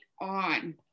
on